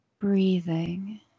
Breathing